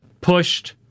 pushed